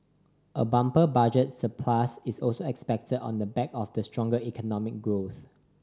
a bumper Budget surplus is also expected on the back of the stronger economic growth